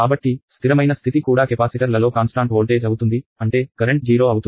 కాబట్టి స్థిరమైన స్థితి కూడా కెపాసిటర్ లలో కాన్స్టాంట్ వోల్టేజ్ అవుతుంది అంటే కరెంట్ 0 అవుతుంది